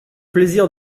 plaisir